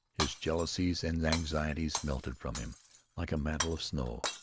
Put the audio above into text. his jealousies and anxieties melted from him like a mantle of snow.